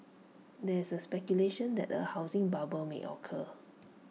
there is speculation that A housing bubble may occur